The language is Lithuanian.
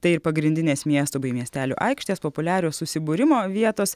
tai ir pagrindinės miesto bei miestelių aikštės populiarios susibūrimo vietos